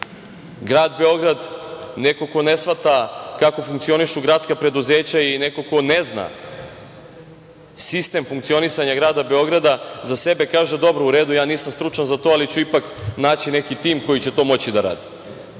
grad Beograda, neko ko ne shvata kako funkcionišu gradska preduzeća i neko ko ne zna sistem funkcionisanja grada Beograda za sebe kaže - dobro, u redu, ja nisam stručan za to, ali ću ipak naći neki tim koji će to moći da radi.